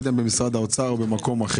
אני לא יודע אם ממשרד האוצר או ממקום אחר.